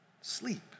sleep